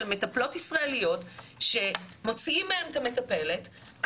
מטפלות ישראליות שמוצאים מהם את המטפלת,